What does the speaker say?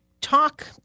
talk